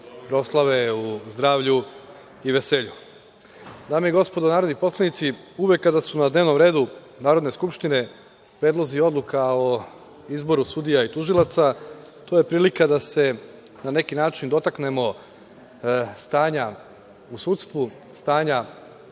proslave u zdravlju i veselju. Dame i gospodo narodni poslanici, uvek kada su na dnevnom redu Narodne skupštine predlozi odluka o izboru sudija i tužilaca, to je prilika da se na neki način dotaknemo stanja u sudstvu, stanja